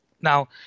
Now